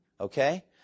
Okay